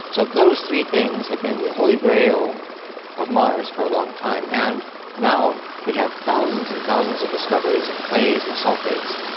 so those three things have been the holy grail of mars for a long time. and now we have thousands and thousands of discoveries of clays and sulphates,